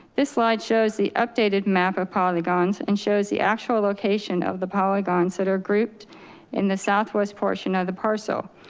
this slide shows the updated map of polygons and shows the actual location of the polygons that are grouped in the southwest portion of the parcel.